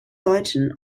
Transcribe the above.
deutschen